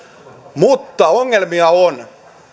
mutta ongelmia on